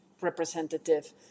representative